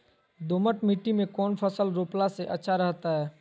दोमट मिट्टी में कौन फसल रोपला से अच्छा रहतय?